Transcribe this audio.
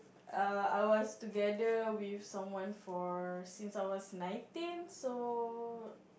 err I was together with someone for since I was nineteen so